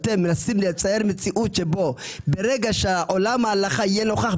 מה עם הסתייגויות המחנה הממלכתי?